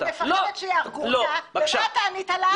--- שהיא פוחדת שיהרגו אותה, מה אתה ענית לה?